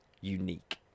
unique